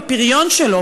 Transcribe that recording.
בפריון שלו,